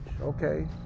okay